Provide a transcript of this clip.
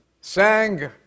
sang